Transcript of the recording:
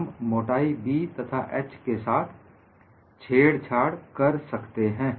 हम मोटाई B तथा h के साथ छेड़छाड़ कर सकते हैं